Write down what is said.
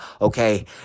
okay